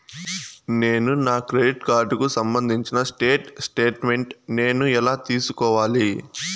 నేను నా క్రెడిట్ కార్డుకు సంబంధించిన స్టేట్ స్టేట్మెంట్ నేను ఎలా తీసుకోవాలి?